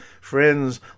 Friends